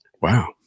Wow